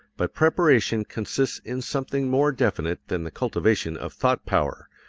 but preparation consists in something more definite than the cultivation of thought-power,